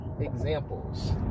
Examples